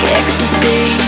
ecstasy